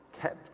kept